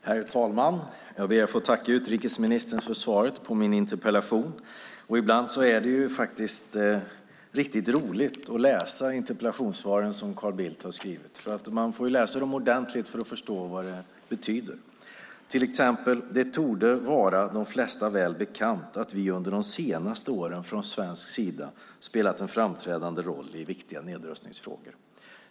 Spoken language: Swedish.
Herr talman! Jag ber att få tacka utrikesministern för svaret på min interpellation. Ibland är det faktiskt riktigt roligt att läsa de interpellationssvar som Carl Bildt har skrivit. Man får läsa dem ordentligt för att förstå vad de betyder. Till exempel: Det torde vara de flesta väl bekant att vi under de senaste åren från svensk sida spelat en framträdande roll i viktiga nedrustningsfrågor.